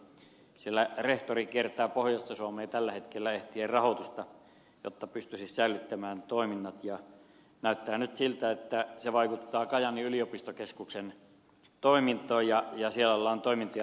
siellä rehtori kiertää pohjoista suomea tällä hetkellä etsien rahoitusta jotta pystyisi säilyttämään toiminnat ja näyttää nyt siltä että se vaikeuttaa kajaanin yliopistokeskuksen toimintoja ja siellä ollaan toimintoja heikentämässä